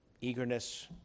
eagerness